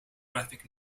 graphic